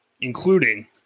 including